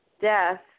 death